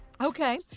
Okay